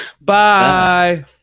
Bye